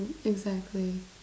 ya exactly